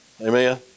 Amen